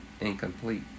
incomplete